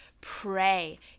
pray